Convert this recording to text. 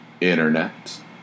Internet